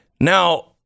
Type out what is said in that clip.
Now